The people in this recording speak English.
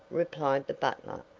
replied the butler.